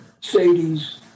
Sadie's